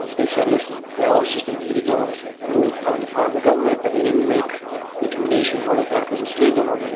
um they said, listen, that was just an illegal move on the part of the government, but they didn't make a determination whether daca was legal or anything